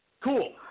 Cool